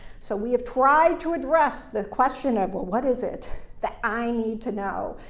so we have tried to address the question of, well, what is it that i need to know?